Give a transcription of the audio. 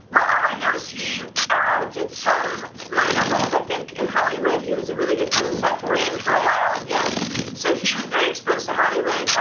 well all i know is he did some minor roles, i think in hollywood he was a really good friend with seth green for a while yeah so he was very exposed to hollywood,